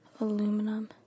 aluminum